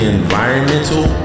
environmental